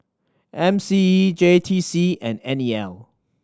M C E J T C and N E L